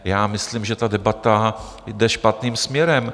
Já myslím, že ta debata jde špatným směrem.